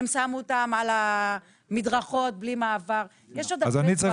הם שמו אותן על מדרכות בלי מעבר --- אז אני צריך